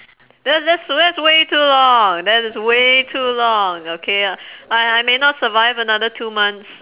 that's that's that's way too long that is way too long okay I I may not survive another two months